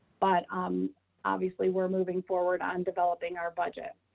but um obviously we're moving forward on developing our budget.